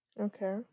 Okay